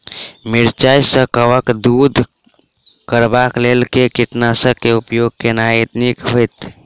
मिरचाई सँ कवक दूर करबाक लेल केँ कीटनासक केँ उपयोग केनाइ नीक होइत?